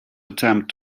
attempt